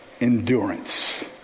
endurance